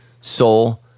soul